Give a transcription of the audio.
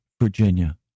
Virginia